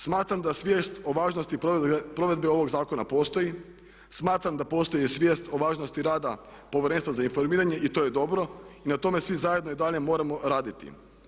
Smatram da svijest o važnosti provedbe ovog zakona postoji, smatram da postoji svijest o važnosti rada Povjerenstva za informiranje i to je dobro i na tome svi zajedno i dalje moramo raditi.